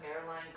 airline